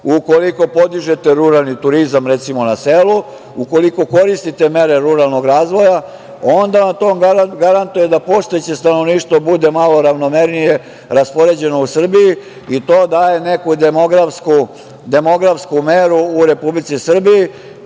ukoliko podižete ruralni turizam, recimo na selu, ukoliko koristite mere ruralnog razvoja, onda vam to garantuje da postojeće stanovništvo bude malo ravnomernije raspoređeno u Srbiji i to daje neku demografsku meru u Republici Srbiji,